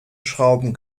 schrauben